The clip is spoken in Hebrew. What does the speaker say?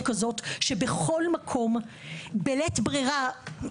שבכל בית עלמין יהיו שטחים שמוקצים לקבורת שדה.